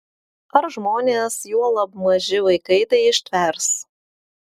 ar žmonės juolab maži vaikai tai ištvers